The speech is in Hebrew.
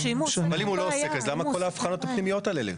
אבל אם הוא לא עוסק אז למה כל ההבחנות הפנימיות האלה?